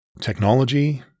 technology